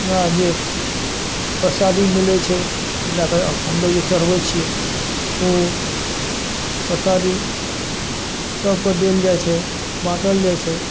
हमरा जे प्रसादी मिलै छै लए कऽ आ हमलोग जे चढ़बै छियै ओ प्रसादी सबके देल जाइ छै बाँटल जाइ छै